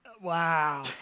Wow